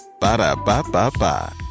Ba-da-ba-ba-ba